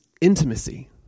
intimacy